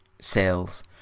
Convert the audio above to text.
sales